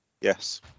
Yes